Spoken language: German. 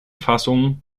fassung